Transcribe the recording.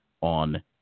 on